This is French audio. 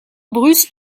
bruce